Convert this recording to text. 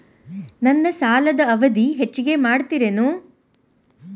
ನನ್ನ ಸಾಲದ ಅವಧಿ ಹೆಚ್ಚಿಗೆ ಮಾಡ್ತಿರೇನು?